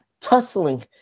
tussling